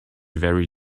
very